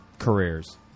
careers